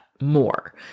more